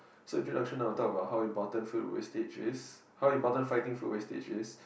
so deduction will talk about how important food wastage is how important fighting food wastage is